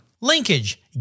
Linkage